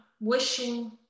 wishing